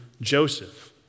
Joseph